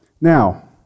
Now